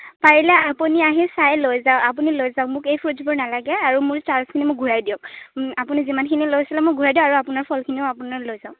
পাৰিলে আপুনি আহি চাই লৈ যাওক আপুনি লৈ যাওক মোক এই ফ্ৰুটচবোৰ নালাগে আৰু মোৰ চাৰ্জখিনি মোক ঘূৰাই দিয়ক আপুনি যিমানখিনি লৈছিলে মোক ঘূৰাই দিয়ক আৰু আপোনাৰ ফলখিনিও আপুনি লৈ যাওক